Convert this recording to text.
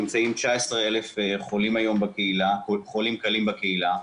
נמצאים 19,000 נמצאים חולים קלים בקהילה,